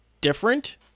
different